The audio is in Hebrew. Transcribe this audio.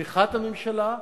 בתמיכת הממשלה,